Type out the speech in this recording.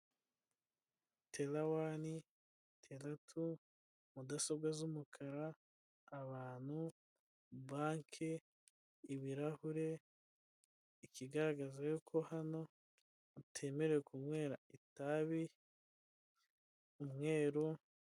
Terawani teratu, mudasobwa z'umukara, abantu, banke, ibirahure, ukigaragaza y'uko hano hatemerewe kunywera itabi, umweru.